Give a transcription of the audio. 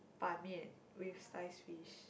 Ban Mian with sliced fish